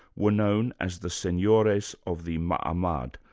were known as the senhores of the ma'amad,